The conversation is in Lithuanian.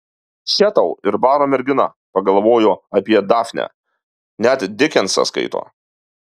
še tau ir baro mergina pagalvojo apie dafnę net dikensą skaito